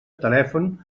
telèfon